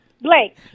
blake